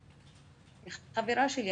היא חברה שלי.